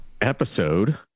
episode